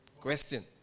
question